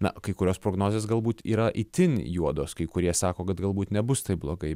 na kai kurios prognozės galbūt yra itin juodos kai kurie sako kad galbūt nebus taip blogai